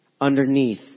underneath